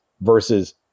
versus